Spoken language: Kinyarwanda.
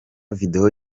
video